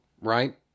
right